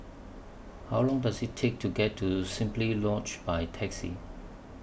How Long Does IT Take to get to Simply Lodge By Taxi